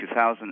2000